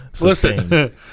Listen